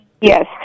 Yes